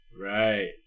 Right